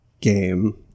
game